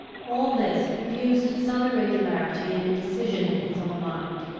all this produced some irregularity and indecision in his own mind,